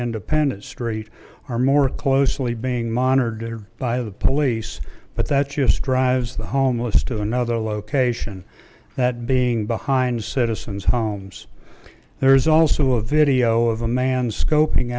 independent street are more closely being monitored by the police but that just drives the homeless to another location that being behind citizen's homes there is also a video of a man scoping